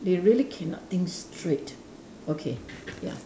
they really cannot think straight okay ya